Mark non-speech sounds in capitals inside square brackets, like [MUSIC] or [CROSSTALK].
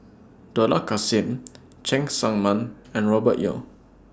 Dollah Kassim [NOISE] Cheng Tsang Man and Robert Yeo